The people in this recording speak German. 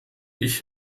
ich